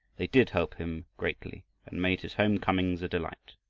they did help him greatly, and made his home-comings a delight.